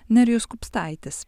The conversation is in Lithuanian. nerijus kupstaitis